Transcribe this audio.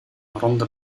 ronde